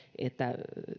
että